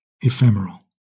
ephemeral